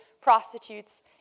prostitutes